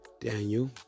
Daniel